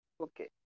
Okay